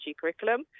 curriculum